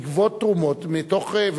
לגבות תרומות מתוך,